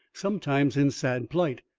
sometimes in sad plight,